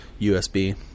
USB